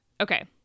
Okay